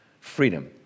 freedom